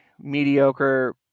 mediocre